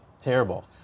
terrible